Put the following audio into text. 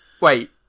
Wait